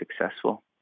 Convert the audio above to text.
successful